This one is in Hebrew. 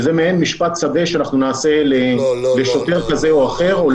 שזה מעין משפט שדה שאנחנו נעשה לשוטר כזה או אחר -- לא,